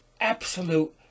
absolute